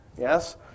yes